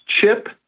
Chip